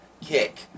kick